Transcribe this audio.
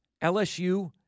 LSU